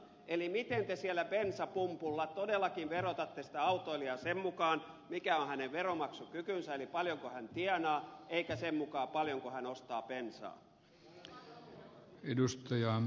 eli miten te siellä bensapumpulla todellakin verotatte sitä autoilijaa sen mukaan mikä on hänen veronmaksukykynsä eli paljonko hän tienaa eikä sen mukaan paljonko hän ostaa bensaa